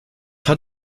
hat